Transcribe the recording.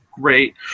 great